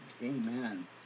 Amen